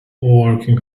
working